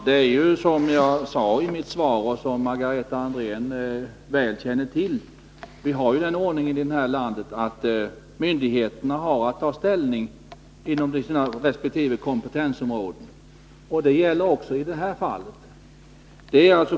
Herr talman! Som jag sade i mitt svar och som Margareta Andrén väl känner till har vi den ordningen i det här landet att myndigheterna har att ta ställning inom sina resp. kompetensområden. Det gäller också i detta fall.